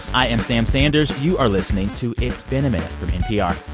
i am sam sanders. you are listening to it's been a minute from npr.